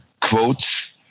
quotes